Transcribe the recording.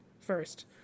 first